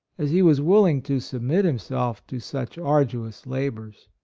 as he was willing to submit himself to such arduous labors.